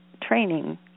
training